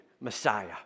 Messiah